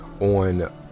on